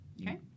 Okay